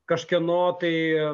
kažkieno tai